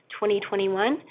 2021